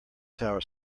tower